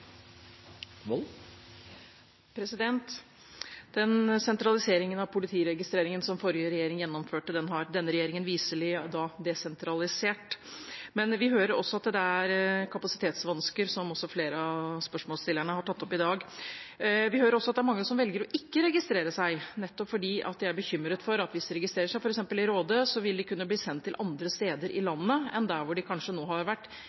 politiregistreringen som forrige regjering gjennomførte, har denne regjeringen viselig desentralisert, men vi hører at det er kapasitetsvansker, som flere av spørsmålsstillerne har tatt opp i dag. Vi hører også at det er mange som velger å ikke registrere seg, nettopp fordi de er bekymret for at hvis de registrerer seg f.eks. i Råde, vil de kunne bli sendt til andre steder i landet enn der de nå har vært